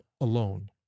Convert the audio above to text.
alone